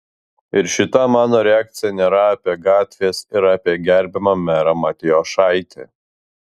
ir šita mano reakcija nėra apie gatves ar apie gerbiamą merą matijošaitį